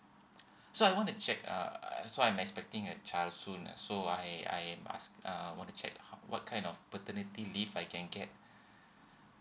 so I wanna check uh so I'm expecting a child soon uh so I I ask um I wanna check lah what kind of paternity leave I can get